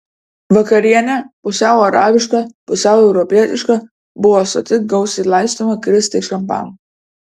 vakarienė pusiau arabiška pusiau europietiška buvo soti gausiai laistoma kristai šampanu